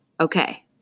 okay